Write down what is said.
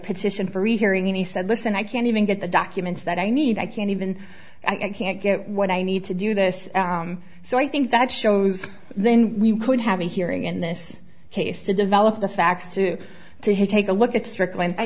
petition for rehearing and he said listen i can't even get the documents that i need i can't even i can't get what i need to do this so i think that shows then we could have a hearing in this case to develop the facts to to take a look at stric